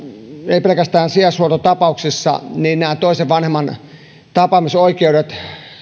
ei pelkästään sijaishuoltotapauksissa nämä toisen vanhemman tapaamisoikeudet